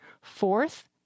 Fourth